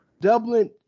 Dublin